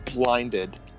blinded